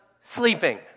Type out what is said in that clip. sleeping